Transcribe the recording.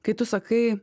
kai tu sakai